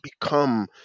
become